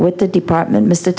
with the department mr